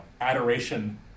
adoration